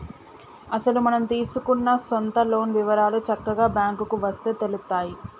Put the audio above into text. అసలు మనం తీసుకున్న సొంత లోన్ వివరాలు చక్కగా బ్యాంకుకు వస్తే తెలుత్తాయి